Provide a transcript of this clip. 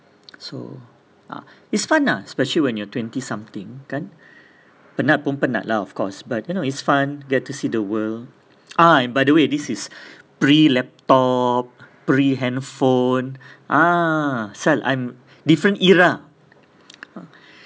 so ah it's fun ah especially when you're twenty something kan penat pun penat lah of course but you know it's fun get to see the world ah by the way this is pre-laptop pre-handphone ah I'm different era